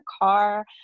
car